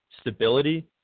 stability